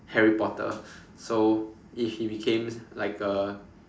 Harry Potter so if he became like a